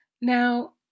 Now